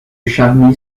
charny